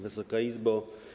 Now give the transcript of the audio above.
Wysoka Izbo!